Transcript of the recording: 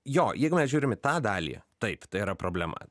jo jeigu mes žiūrim į tą dalį taip tai yra problema